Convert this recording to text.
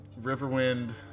Riverwind